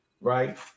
right